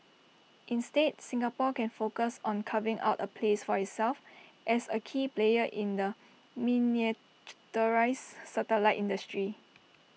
instead Singapore can focus on carving out A place for itself as A key player in the miniaturised satellite industry